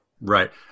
Right